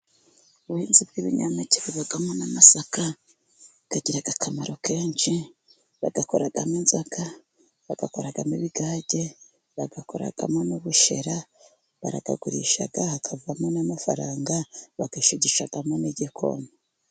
Ubuhinzi bw'ibinyapeke habamo n'amasaka agira akamaro kenshi bayakoramo inzoga, bayakoramo ibigage, bayakoramo n'ubushera, barayagurisha hakavamo n'amafaranga, bayashigishamo n'igikoma.